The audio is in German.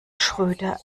schröder